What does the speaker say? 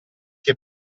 che